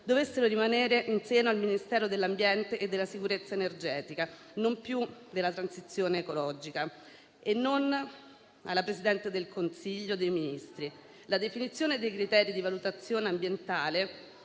di Taranto rimanessero in seno al Ministero dell'ambiente e della sicurezza energetica (non più della transizione ecologica) e non alla Presidenza del Consiglio dei ministri. I criteri di valutazione ambientale